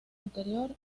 anterior